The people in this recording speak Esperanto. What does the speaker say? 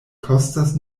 kostas